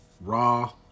raw